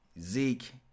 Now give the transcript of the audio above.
Zeke